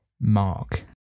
mark